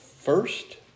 First